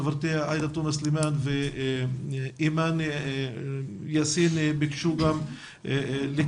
חברתי עאידה תומא סלימאן ואימאן יאסין ביקשו גם לקיים